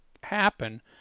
happen